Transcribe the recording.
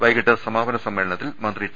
വൈകീട്ട് സമാപന സമ്മേളനത്തിൽ മന്ത്രി ടി